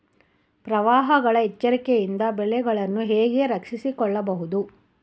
ಪ್ರವಾಹಗಳ ಎಚ್ಚರಿಕೆಯಿಂದ ಬೆಳೆಗಳನ್ನು ಹೇಗೆ ರಕ್ಷಿಸಿಕೊಳ್ಳಬಹುದು?